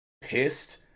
pissed